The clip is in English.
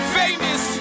famous